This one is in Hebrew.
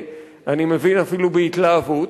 אני מבין אפילו בהתלהבות,